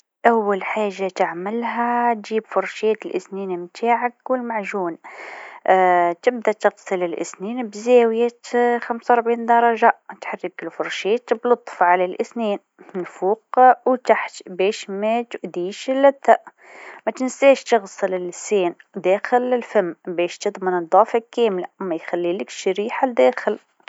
طبعًا! لغسل الأسنان بشكل صحيح، أول حاجة حط معجون الأسنان على الفرشاة. بعدين، اغسل أسنانك بحركات دائرية خفيفة، وابدأ من الأمام ثم الجوانب، وفي الأخير نظف الأسنان الخلفية. حاول تغسلها لمدة دقيقتين. ولا تنسى تغسل لسانك واللثة! وفي الآخر، اشطف فمك بالماء، وهاك تكون نظفت أسنانك بشكل صحيح.